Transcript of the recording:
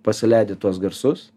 pasileidi tuos garsus